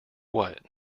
what